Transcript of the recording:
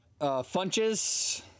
Funches